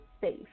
safe